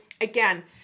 again